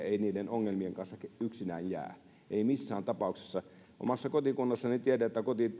ei niiden ongelmien kanssa yksinään jää ei missään tapauksessa tiedän että omassa kotikunnassani